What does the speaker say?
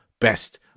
best